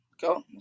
go